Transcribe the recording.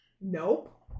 Nope